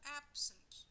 absent